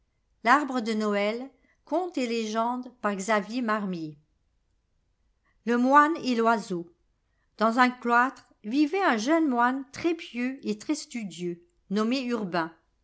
le moixe et l'oiseau dans un cloître vivait un jeune moine très pieux et très studieux nommé urbain